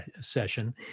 session